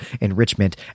enrichment